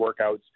workouts